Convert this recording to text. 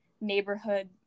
neighborhood